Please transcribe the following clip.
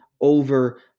over